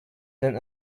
then